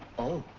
oh,